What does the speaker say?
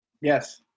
Yes